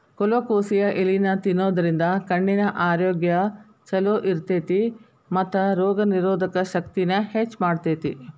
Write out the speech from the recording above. colocasia ಎಲಿನಾ ತಿನ್ನೋದ್ರಿಂದ ಕಣ್ಣಿನ ಆರೋಗ್ಯ್ ಚೊಲೋ ಇರ್ತೇತಿ ಮತ್ತ ರೋಗನಿರೋಧಕ ಶಕ್ತಿನ ಹೆಚ್ಚ್ ಮಾಡ್ತೆತಿ